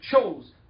chose